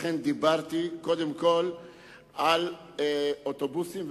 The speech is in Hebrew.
לכן דיברתי קודם כול על אוטובוסים,